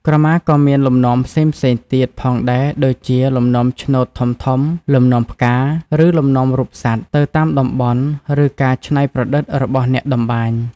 ក្រមាក៏មានលំនាំផ្សេងៗទៀតផងដែរ ដូចជា លំនាំឆ្នូតធំៗ លំនាំផ្កា ឬលំនាំរូបសត្វ ទៅតាមតំបន់ ឬការច្នៃប្រឌិតរបស់អ្នកតម្បាញ។